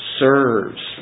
serves